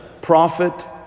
prophet